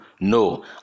no